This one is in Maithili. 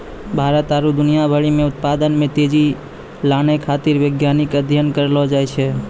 भारत आरु दुनिया भरि मे उत्पादन मे तेजी लानै खातीर वैज्ञानिक अध्ययन करलो जाय छै